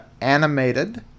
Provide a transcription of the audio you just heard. animated